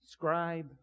Scribe